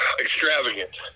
extravagant